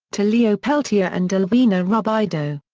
to leo peltier and alvina robideau.